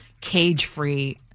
cage-free